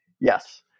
yes